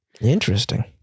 Interesting